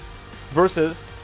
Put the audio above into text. versus